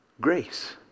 Grace